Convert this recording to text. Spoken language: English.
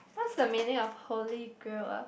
what's the meaning of holy grail ah